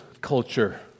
culture